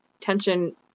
tension